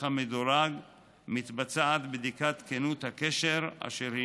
המדורג מתבצעת בדיקת כנות הקשר אשר הינה,